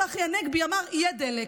צחי הנגבי אמר: יהיה דלק.